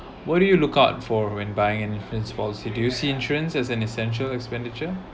what do you look out for when buying influence policy do you see insurance as an essential expenditure